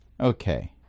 okay